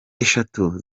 eshatu